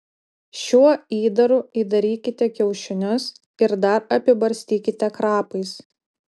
šiuo įdaru įdarykite kiaušinius ir dar apibarstykite krapais